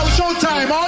showtime